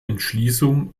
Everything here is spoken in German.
entschließung